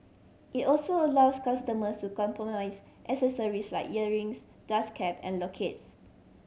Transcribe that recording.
it also allows customers to customise accessories like earrings dust cap and lockets